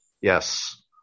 Yes